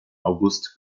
august